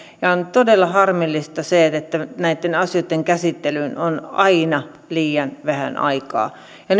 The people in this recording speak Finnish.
ja on todella harmillista se että näitten asioitten käsittelyyn on aina liian vähän aikaa ja